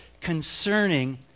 concerning